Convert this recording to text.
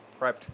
prepped